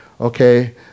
okay